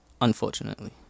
Unfortunately